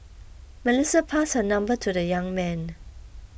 Melissa passed her number to the young man